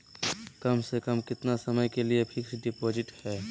कम से कम कितना समय के लिए फिक्स डिपोजिट है?